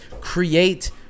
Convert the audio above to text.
Create